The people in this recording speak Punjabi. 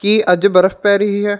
ਕੀ ਅੱਜ ਬਰਫ਼ ਪੈ ਰਹੀ ਹੈ